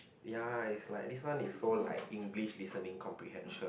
ya its like this one is so like English listening comprehension